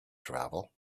travel